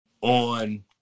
on